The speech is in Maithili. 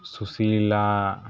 सुशीला